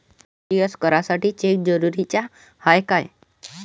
RTGS करासाठी cheque जरुरीचा हाय काय?